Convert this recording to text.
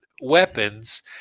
weapons